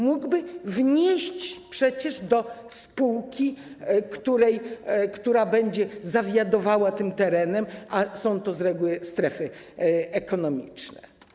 Mógłby wnieść przecież do spółki, która będzie zawiadywała tym terenem, a są to z reguły strefy ekonomiczne.